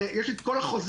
יש לי החוזה,